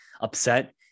upset